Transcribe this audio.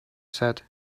said